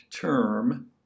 term